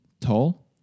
Tall